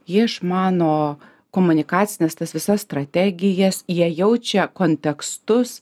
jie išmano komunikacines tas visas strategijas jie jaučia kontekstus